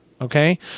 Okay